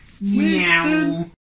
Meow